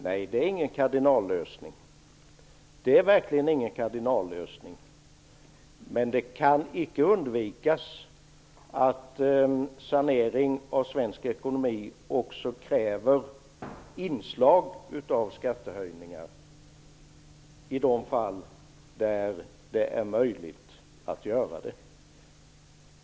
Nej, det är verkligen ingen kardinallösning, men det kan icke undvikas att en sanering av svensk ekonomi också kräver inslag av skattehöjningar i de fall där sådana är möjliga.